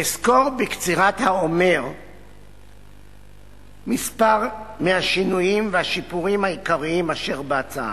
אסקור בקצירת האומר כמה מהשינויים והשיפורים העיקריים אשר בהצעה.